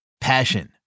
Passion